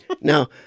Now